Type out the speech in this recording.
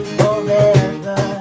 forever